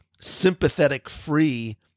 sympathetic-free